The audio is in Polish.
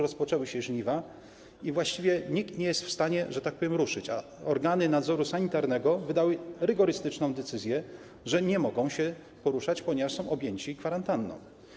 Rozpoczęły się żniwa i właściwie nikt nie jest w stanie - że tak powiem - ruszyć, a organy nadzoru sanitarnego wydały rygorystyczną decyzję, że ci ludzie nie mogą się poruszać, ponieważ są objęci kwarantanną.